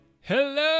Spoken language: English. Hello